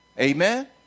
Amen